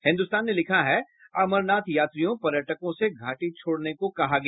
हिन्दुस्तान ने लिखा है अमरनाथ यात्रियों पर्यटकों से घाटी छोड़ने को कहा गया